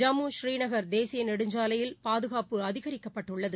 ஜம்மு ஸ்ரீநகர் தேசிய நெடுஞ்சாலையில் பாதுகாப்பு அதிகரிக்கப்பட்டு உள்ளது